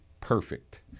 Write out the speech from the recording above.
perfect